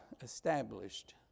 established